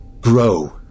grow